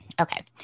Okay